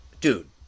dude